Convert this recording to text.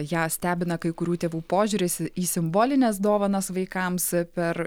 ją stebina kai kurių tėvų požiūris į simbolines dovanas vaikams per